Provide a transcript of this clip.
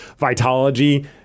Vitology